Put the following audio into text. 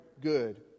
good